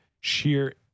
sheer